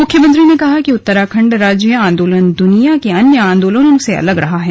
मुख्यमंत्री ने कहा कि उत्तराखण्ड राज्य आन्दोलन दुनिया के अन्य आन्दोलनों से अलग रहा है